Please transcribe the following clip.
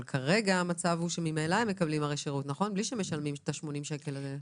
כרגע המצב הוא שממילא הם מקבלים שירות בלי שמשלמים את ה-80 שקלים האלה.